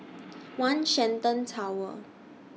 one Shenton Tower